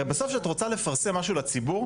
הרי בסוף שאת רוצה לפרסם משהו לציבור,